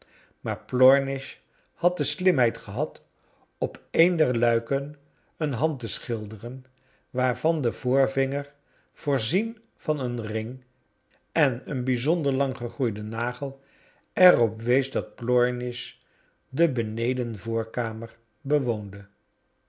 maar plornish had de slimheid gehad op een der luiken een hand te schilderen waar van de voorvinger voorzien van een ring en een bijzonder lang gegroeiden nagel er op wees dat plornish de benedenvoorkamer bewoonde